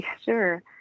Sure